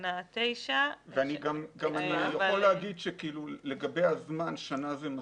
בתקנה 9. אני יכול לומר שלגבי הזמן, שנה זה מספיק.